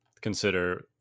consider